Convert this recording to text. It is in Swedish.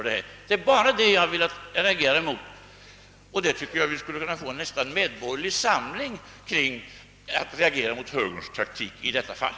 Det är alltså bara emot detta som jag velat reagera, och jag tycker att vi nästan skulle kunna få en medborgerlig samling mot högerns taktik i detta fall.